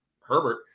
Herbert